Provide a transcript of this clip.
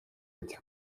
этих